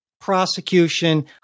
prosecution